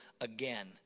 again